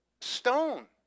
stone